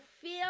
feel